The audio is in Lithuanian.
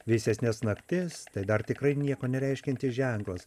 vėsesnes naktis tai dar tikrai nieko nereiškiantis ženklas